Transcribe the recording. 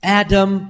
adam